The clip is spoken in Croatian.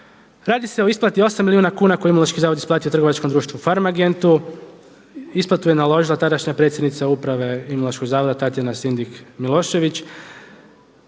Radi se o isplati 8 milijuna kuna koje je Imunološki zavod isplatio trgovačkom društvu Farmagentu, isplatu je naložila tadašnja predsjednica uprave Imunološkog zavoda Tatjana Sindik Milošević.